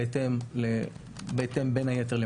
בין היתר,